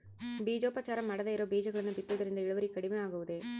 ಬೇಜೋಪಚಾರ ಮಾಡದೇ ಇರೋ ಬೇಜಗಳನ್ನು ಬಿತ್ತುವುದರಿಂದ ಇಳುವರಿ ಕಡಿಮೆ ಆಗುವುದೇ?